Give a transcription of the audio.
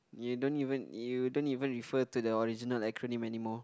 you don't even you don't even refer to the original acronym anymore